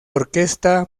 orquesta